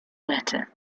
letter